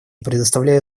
предоставляю